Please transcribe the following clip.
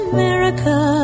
America